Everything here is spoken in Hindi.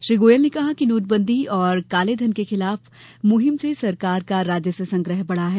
श्री गोयल ने कहा कि नोटबंदी और कालेधन के खिलाफ मुहिम से सरकार का राजस्व संग्रह बढ़ा है